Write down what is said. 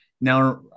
Now